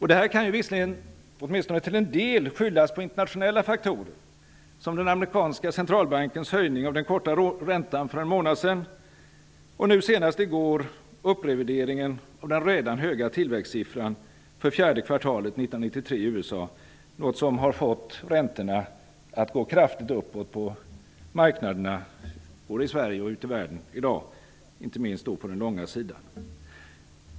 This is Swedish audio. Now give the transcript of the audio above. Detta kan visserligen åtminstone till en del skyllas på internationella faktorer, som den amerikanska centralbankens höjning av den korta räntan för en månad sedan och upprevideringen senast i går av den redan höga tillväxtsiffran i USA för fjärde kvartalet 1993, något som har fått inte minst de långa räntorna att gå kraftigt uppåt på marknaderna i dag, både i Sverige och ute i världen.